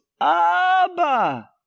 Abba